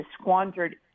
squandered